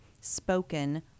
spoken